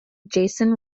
jason